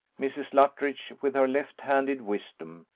mrs. luttridge, with her left-handed wisdom,